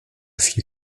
few